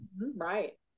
Right